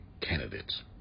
candidates